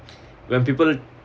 when people